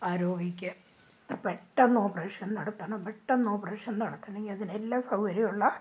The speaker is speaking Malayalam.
ആ രോഗിക്ക് പെട്ടെന്ന് ഓപ്പറേഷൻ നടത്തണം പെട്ടെന്ന് ഓപ്പറേഷൻ നടത്തണമെങ്കിൽ അതിന് എല്ലാ സൗകര്യവും ഉള്ള